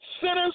sinners